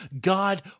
God